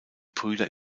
brüder